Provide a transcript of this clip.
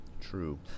True